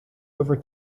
over